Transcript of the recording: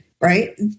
right